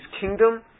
kingdom